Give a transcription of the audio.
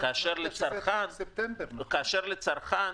ולצרכן